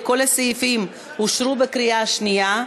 וכל הסעיפים אושרו בקריאה שנייה,